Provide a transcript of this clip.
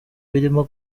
birimo